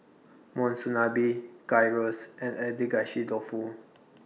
Monsunabe Gyros and Agedashi Dofu